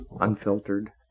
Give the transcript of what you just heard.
unfiltered